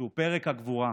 שהוא פרק הגבורה.